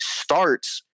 Starts